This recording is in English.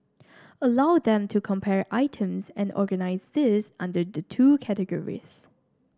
allow them to compare items and organise these under the two categories